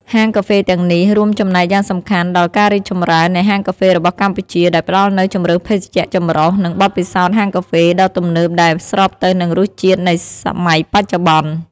ហាងកាហ្វេទាំងនេះរួមចំណែកយ៉ាងសំខាន់ដល់ ការរីកចម្រើននៃហាងកាហ្វេរបស់កម្ពុជា ដោយផ្តល់នូវជម្រើសភេសជ្ជៈចម្រុះ និងបទពិសោធន៍ហាងកាហ្វេដ៏ទំនើបដែលស្របទៅនឹងរសជាតិនៃសម័យបច្ចុប្បន្ន។